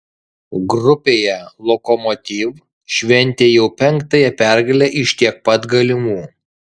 grupėje lokomotiv šventė jau penktąją pergalę iš tiek pat galimų